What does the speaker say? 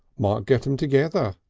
might get em together,